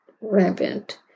rampant